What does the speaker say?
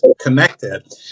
connected